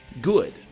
good